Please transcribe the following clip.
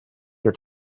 your